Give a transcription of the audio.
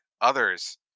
others